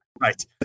Right